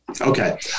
okay